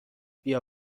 بیا